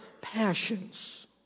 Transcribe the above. passions